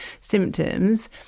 symptoms